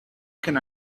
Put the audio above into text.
can